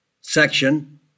section